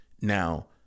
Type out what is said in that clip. now